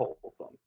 wholesome